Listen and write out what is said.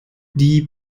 die